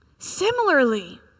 Similarly